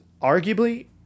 arguably